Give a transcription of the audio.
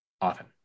often